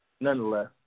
nonetheless